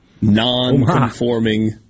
Non-conforming